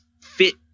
fit